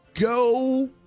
go